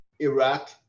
Iraq